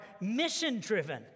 mission-driven